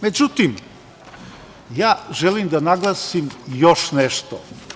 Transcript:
Međutim, ja želim da naglasim još nešto.